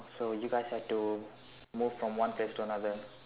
so you guys like to move from one place to another